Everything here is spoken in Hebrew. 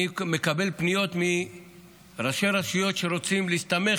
אני מקבל פניות מראשי רשויות שרוצים להסתמך